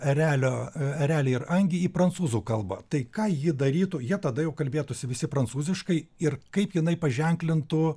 erelio erelį ir angį į prancūzų kalbą tai ką ji darytų jie tada jau kalbėtųsi visi prancūziškai ir kaip jinai paženklintų